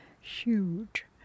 huge